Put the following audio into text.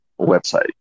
website